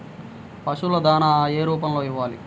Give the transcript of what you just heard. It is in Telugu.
పశువుల దాణా ఏ రూపంలో ఇవ్వాలి?